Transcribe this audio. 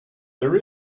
there